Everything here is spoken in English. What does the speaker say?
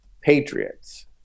Patriots